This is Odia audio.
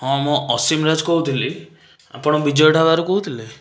ହଁ ମୁଁ ଅସୀମ ରାଜ କହୁଥିଲି ଆପଣ ବିଜୟ ଢାବାରୁ କହୁଥିଲେ